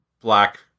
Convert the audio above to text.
black